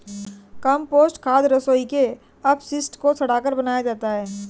compost खाद रसोई के अपशिष्ट को सड़ाकर बनाया जाता है